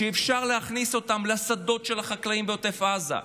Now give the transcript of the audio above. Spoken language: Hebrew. שאפשר להכניס אותם לשדות של החקלאים בעוטף עזה,